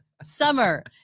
Summer